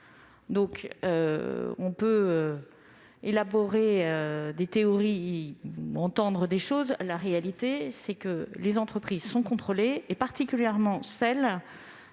On peut élaborer des théories ou entendre des choses, mais la réalité, c'est que les entreprises sont contrôlées, particulièrement quand